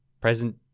present